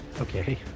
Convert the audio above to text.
Okay